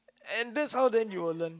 and that's how then you will learn